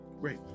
Great